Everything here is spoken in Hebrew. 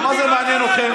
אבל מה זה מעניין אתכם?